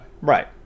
right